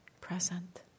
present